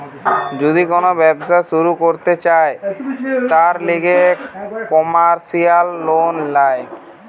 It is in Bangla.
যদি কোন ব্যবসা শুরু করতে চায়, তার লিগে কমার্সিয়াল লোন ল্যায়